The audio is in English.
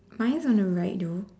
mine is on the right though